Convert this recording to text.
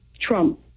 Trump